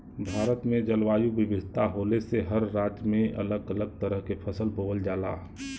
भारत में जलवायु विविधता होले से हर राज्य में अलग अलग तरह के फसल बोवल जाला